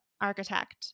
architect